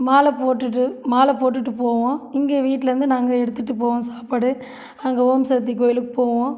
மாலை போட்டுட்டு மாலை போட்டுவிட்டு போவோம் இங்கே வீட்லேர்ந்து நாங்கள் எடுத்துகிட்டு போவோம் சாப்பாடு அங்கே ஓம் சக்தி கோயிலுக்கு போவோம்